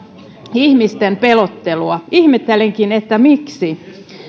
ihmisten pelottelua ihmettelenkin miksi